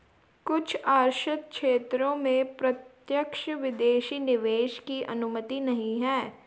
कुछ आरक्षित क्षेत्रों में प्रत्यक्ष विदेशी निवेश की अनुमति नहीं है